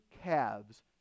calves